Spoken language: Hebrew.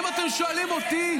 אתם לא מעמידים מחבלי נוח'בות לדין.